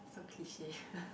so cliche